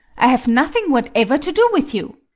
i have nothing whatever to do with you.